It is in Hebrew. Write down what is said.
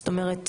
זאת אומרת,